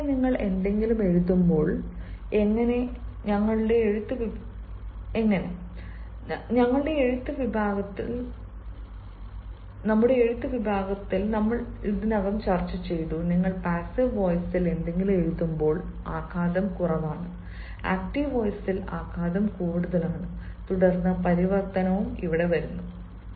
active ആയി നിങ്ങൾ എന്തെങ്കിലും എഴുതുമ്പോൾ എങ്ങനെ ഞങ്ങളുടെ എഴുത്ത് വിഭാഗത്തിൽ നമ്മൾ ഇതിനകം ചർച്ചചെയ്തു നിങ്ങൾ പാസ്സീവ് വോയ്സിൽ എന്തെങ്കിലും എഴുതുമ്പോൾ ആഘാതം കുറവാണ് ആക്റ്റീവ് വോയ്സിൽ ആഘാതം കൂടുതലാണ് തുടർന്ന് പരിവർത്തനം വരുന്നു